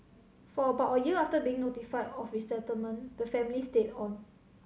for about a year after being notified of resettlement the family stayed on